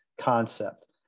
concept